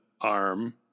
arm